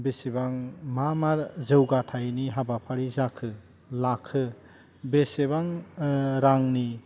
बेसेबां मा मा जौगाथाइनि हाबाफारि जाखो लाखो बेसेबां रांनि